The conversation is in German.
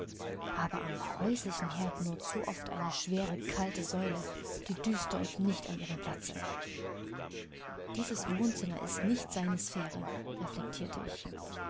aber am häuslichen herd nur zu oft eine schwere kalte säule die düster und nicht an ihrem platze dieses wohnzimmer ist nicht seine sphäre reflektierte ich